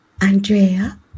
Andrea